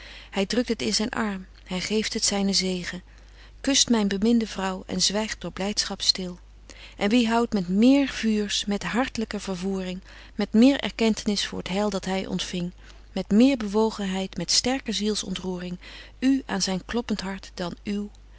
hy drukt het in zyn arm hy geeft het zynen zegen kust myn beminde vrouw en zwygt door blydschap stil en wie houdt met méér vuurs met hartlyker vervoering met méér erkentenis voor t heil dat hy ontfing met meer bewogenheid met sterker ziels ontroering u aan zyn kloppent hart dan uw